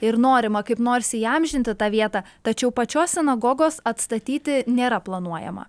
ir norima kaip nors įamžinti tą vietą tačiau pačios sinagogos atstatyti nėra planuojama